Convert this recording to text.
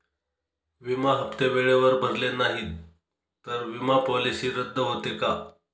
विमा हप्ते वेळेवर भरले नाहीत, तर विमा पॉलिसी रद्द होते का?